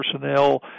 personnel